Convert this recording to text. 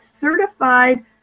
certified